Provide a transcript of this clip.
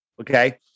Okay